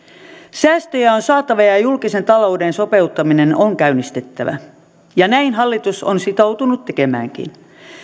säästöjä on saatava ja ja julkisen talouden sopeuttaminen on käynnistettävä ja näin hallitus on sitoutunut tekemäänkin